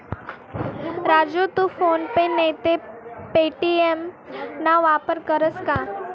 राजू तू PhonePe नैते Paytm ना वापर करस का?